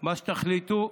מה שתחליטו.